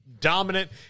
dominant